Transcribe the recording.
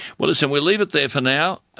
well, listen, we'll leave it there for now,